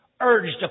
urged